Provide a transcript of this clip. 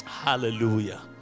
Hallelujah